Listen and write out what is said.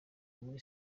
muri